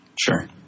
Sure